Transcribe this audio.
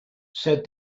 said